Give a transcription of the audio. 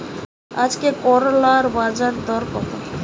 আজকে করলার বাজারদর কত?